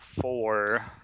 four